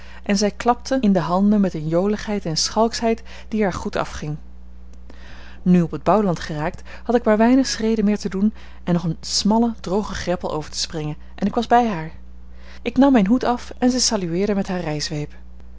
en zij klapte in de handen met eene joligheid en schalkschheid die haar goed afging nu op het bouwland geraakt had ik maar weinig schreden meer te doen en nog eene smalle droge greppel over te springen en ik was bij haar ik nam mijn hoed af en zij salueerde met haar